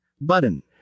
button